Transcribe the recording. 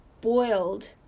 boiled